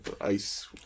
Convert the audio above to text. ice